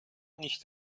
nicht